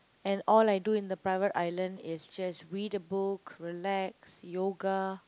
and all I do in the private island is just read a book relax yoga